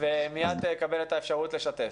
ומיד תקבל את האפשרות לשתף.